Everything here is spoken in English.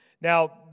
Now